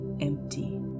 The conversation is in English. empty